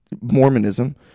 Mormonism